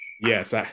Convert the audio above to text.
Yes